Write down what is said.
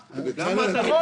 בצלאל, אתה נסחף